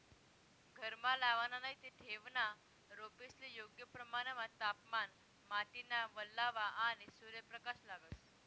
घरमा लावाना नैते ठेवना रोपेस्ले योग्य प्रमाणमा तापमान, माटीना वल्लावा, आणि सूर्यप्रकाश लागस